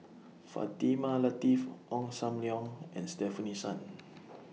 Fatimah Lateef Ong SAM Leong and Stefanie Sun